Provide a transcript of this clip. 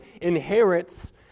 inherits